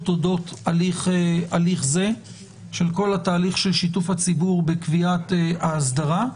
אודות הליך זה של כל התהליך של שיתוף הציבור בקביעת האסדרה,